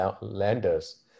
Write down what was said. lenders